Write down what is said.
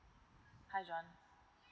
hi john